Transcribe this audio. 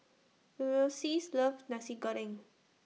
Ulysses loves Nasi Goreng